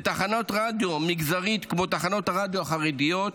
לתחנת רדיו מגזרית כמו תחנות הרדיו החרדיות,